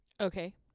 Okay